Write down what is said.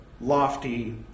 lofty